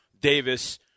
Davis